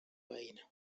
veïna